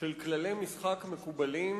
של כללי משחק מקובלים